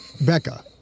becca